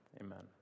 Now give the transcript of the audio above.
Amen